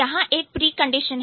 तो यहां एक प्रिकंडीशन है